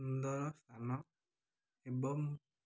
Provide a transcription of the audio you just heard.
ସୁନ୍ଦର ସ୍ଥାନ ଏବଂ